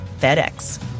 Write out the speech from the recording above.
FedEx